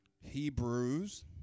Hebrews